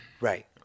Right